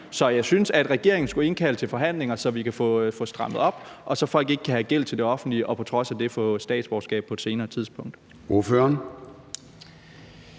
Så jeg synes, at regeringen skulle indkalde til forhandlinger, så vi kan få strammet op, og så folk ikke kan have gæld til det offentlige og på trods af det få statsborgerskab på et senere tidspunkt.